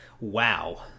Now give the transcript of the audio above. Wow